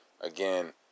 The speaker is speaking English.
Again